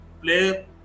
play